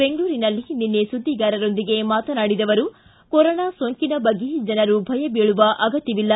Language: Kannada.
ಬೆಂಗಳೂರಿನಲ್ಲಿ ನಿನ್ನೆ ಸುದ್ದಿಗಾರರೊಂದಿಗೆ ಮಾತನಾಡಿದ ಅವರು ಕೊರೋನಾ ಸೋಂಕಿನ ಬಗ್ಗೆ ಜನರು ಭಯಬೀಳುವ ಅಗತ್ಯವಿಲ್ಲ